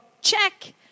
check